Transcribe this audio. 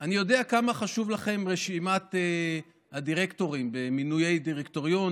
אני יודע כמה חשובה לכם רשימת הדירקטורים במינויי דירקטוריון,